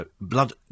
blood